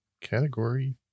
category